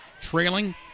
Trailing